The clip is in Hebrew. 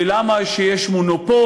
ולמה יש מונופול,